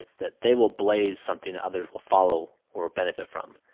that they will blaze something that others will follow or benefit from.